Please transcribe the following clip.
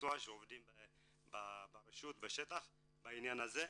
והמקצוע שעובדים ברשויות, בעניין הזה,